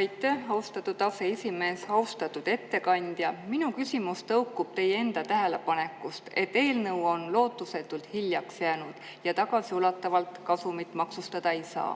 Aitäh, austatud aseesimees! Austatud ettekandja! Minu küsimus tõukub teie enda tähelepanekust, et eelnõu on lootusetult hiljaks jäänud ja tagasiulatuvalt kasumit maksustada ei saa,